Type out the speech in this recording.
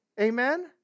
Amen